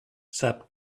sap